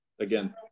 again